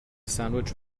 sandwich